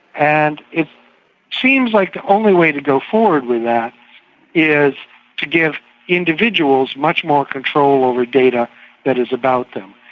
and it seems like the only way to go forward with that is to give individuals much more control over data that is about them.